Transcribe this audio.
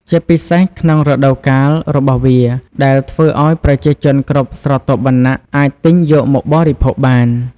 ជាពិសេសក្នុងរដូវកាលរបស់វា ដែលធ្វើឲ្យប្រជាជនគ្រប់ស្រទាប់វណ្ណៈអាចទិញយកមកបរិភោគបាន។